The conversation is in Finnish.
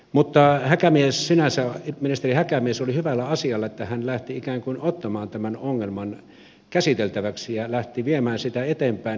mutta ministeri häkämies sinänsä oli hyvällä asialla että hän lähti ikään kuin ottamaan tämän ongelman käsiteltäväksi ja lähti viemään sitä eteenpäin